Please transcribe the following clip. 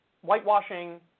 whitewashing